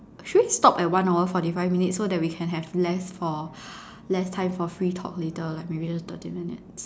should we stop at one hour forty five minutes so that we can have less for less time for free talk later like maybe just thirty minutes